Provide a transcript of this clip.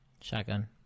shotgun